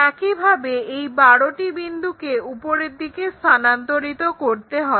একইভাবে এই বারোটি বিন্দুকে উপরের দিকে স্থানান্তরিত করতে হবে